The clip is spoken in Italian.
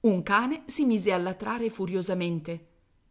un cane si mise a latrare furiosamente